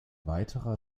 weiterer